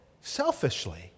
selfishly